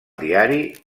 diari